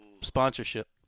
sponsorship